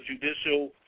judicial